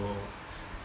so